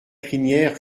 crinière